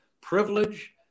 privilege